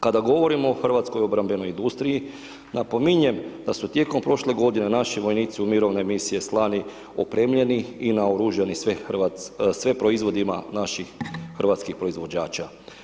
Kada govorimo hrvatskoj obrambenoj industriji, napominjem da su tijekom prošle godine naši vojnici u mirovine misije slani opremljeni i naoružani sve proizvodima naših hrvatskih proizvođača.